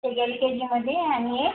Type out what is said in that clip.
एक L K जीमध्ये आणि एक